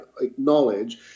acknowledge